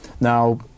Now